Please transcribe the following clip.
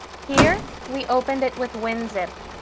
here, we opened it with winzip.